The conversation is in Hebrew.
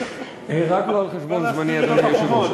רק לא על חשבון זמני, אדוני היושב-ראש.